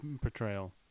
portrayal